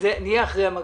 שנהיה אחרי המגפה.